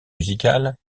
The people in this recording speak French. musicales